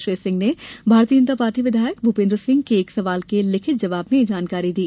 श्री सिंह ने भारतीय जनता पार्टी विधायक भूपेन्द्र सिंह के एक सवाल के लिखित जवाब में ये जानकारी दी